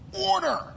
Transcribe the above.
order